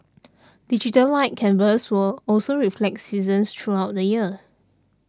Digital Light Canvas will also reflect seasons throughout the year